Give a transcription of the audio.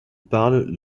parlent